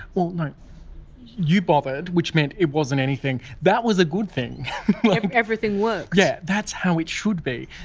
well, no you bothered, which meant it wasn't anything that was a good thing everything worked yeah that's how it should be.